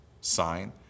sign